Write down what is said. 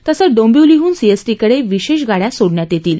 तसंच डोंबिवलीहन सीएसटीकडे विशेष गाड्या सोडण्यात येतील